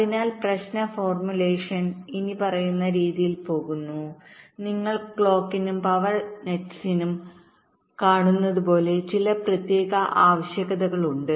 അതിനാൽ പ്രശ്ന ഫോർമുലേഷൻഇനിപ്പറയുന്ന രീതിയിൽ പോകുന്നു നിങ്ങൾ ക്ലോക്കിനും പവർ നെറ്റ്സിനുംകാണുന്നത് പോലെ ചില പ്രത്യേക ആവശ്യകതകളുണ്ട്